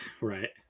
right